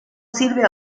sirve